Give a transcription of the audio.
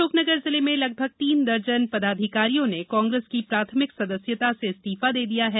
अशोकनगर जिले में लगभग तीन दर्जन पदाधिकारियों ने कांग्रेस की प्राथमिक सदस्यता से इस्तीफा दे दिया हैं